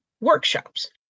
workshops